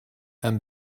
and